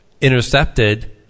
intercepted